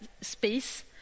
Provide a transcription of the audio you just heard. space